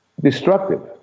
destructive